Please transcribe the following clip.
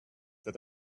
that